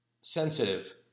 sensitive